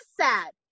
sad